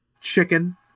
chicken